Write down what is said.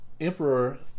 Emperor